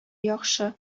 яхшы